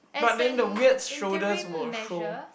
as an interim measure